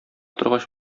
торгач